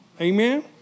Amen